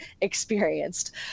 experienced